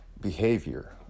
behavior